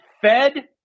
Fed